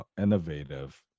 innovative